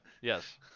Yes